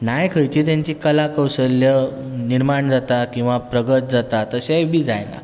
नाय खंयची तांची कला कौशल्य निर्माण जाता किंवा प्रगत जाता तशेंय बी जायनात